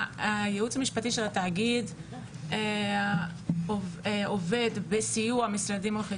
הייעוץ המשפטי של התאגיד עובד בסיוע משרדי עורכי